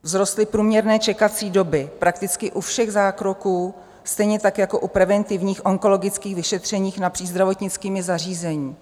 Vzrostly průměrné čekací doby prakticky u všech zákroků, stejně tak jako u preventivních onkologických vyšetření napříč zdravotnickými zařízeními.